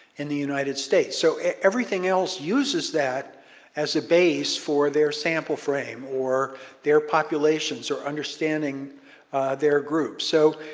in the united states. so everything else uses that as a base for their sample frame or their populations or understanding their group. so,